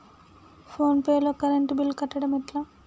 Phone pay లో current bill కట్టడం ఎట్లా?